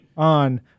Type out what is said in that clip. On